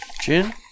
Gin